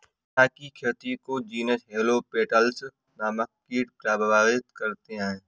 चाय की खेती को जीनस हेलो पेटल्स नामक कीट प्रभावित करते हैं